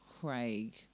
Craig